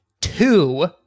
Two